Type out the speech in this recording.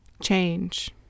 Change